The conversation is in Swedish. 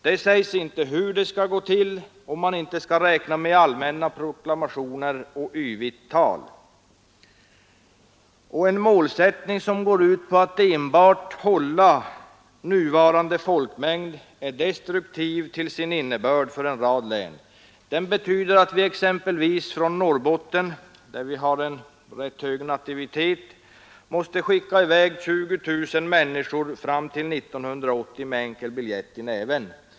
Det sägs inte hur det skall gå till, om man inte skall räkna med allmänna proklamationer och yvigt tal. En målsättning som går ut på att enbart hålla nuvarande folkmängd är destruktiv till sin innebörd för en rad län. Den betyder att exempelvis från Norrbotten, där vi har en rätt hög nativitet, måste man fram till 1980 skicka i väg 20 000 människor med enkel biljett i näven.